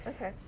Okay